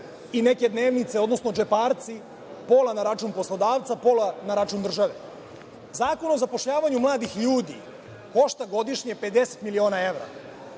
i neke dnevnice, odnosno džepraci, pola na račun poslodavca, pola na račun države. Zakon o zapošljavanju mladih ljudi košta godišnje 50 miliona evra